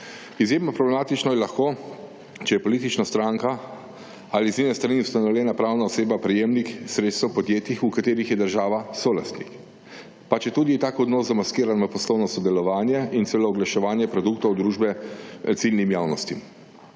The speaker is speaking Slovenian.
Izjemno problematično je lahko, če je politična stranka ali iz njene strani ustanovljena pravna oseba prejemnik sredstev v podjetjih v katerih je država solastnik, pa četudi je tak odnos zamaskirano poslovno sodelovanje in celo oglaševanje produktov družbe ciljnim javnostim.